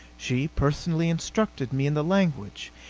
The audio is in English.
she personally instructed me in the language,